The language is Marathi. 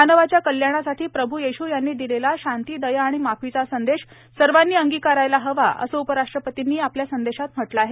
मानवाच्या कल्याणासाठी प्रभू येशू यांनी दिलेला शांती दया आणि माफीचा संदेश सर्वांनी अंगिकारायला हवा असं उपराष्ट्रपतींनी आपल्या संदेशात म्हटलं आहे